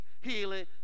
healing